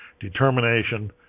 determination